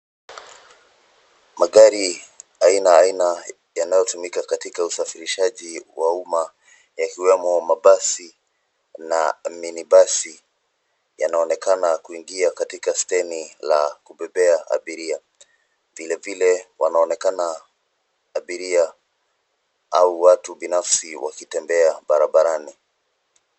Magari aina aina yanayotumika katika usafirishaji wa umma yakiwemo mabasi na minibasi yanaonekana kuingia katika steni la kubebea abiria. Vile vile wanaonekana abiria au watu binafasi wakitembea barabarani.